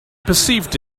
perceived